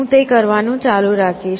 હું તે કરવાનું ચાલુ રાખીશ